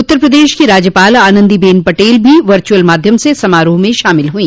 उत्तर प्रदेश की राज्यपाल आनंदी बेन पटेल भी वर्चुअल माध्यम से समारोह में शामिल हुई